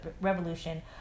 Revolution